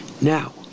Now